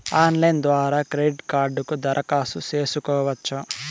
Online ద్వారా credit కార్డుకు దరఖాస్తు సేసుకోవచ్చా?